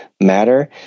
matter